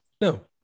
no